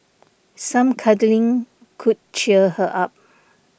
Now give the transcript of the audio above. some cuddling could cheer her up